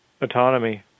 autonomy